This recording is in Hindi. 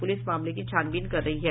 पुलिस मामले की छानबीन कर रही है